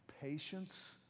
patience